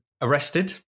arrested